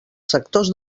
sectors